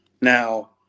Now